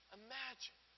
imagine